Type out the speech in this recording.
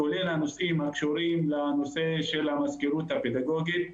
כולל הנושאים הקשורים לנושא של המזכירות הפדגוגית,